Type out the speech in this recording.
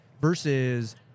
Versus